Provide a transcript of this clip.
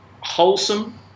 wholesome